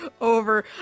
Over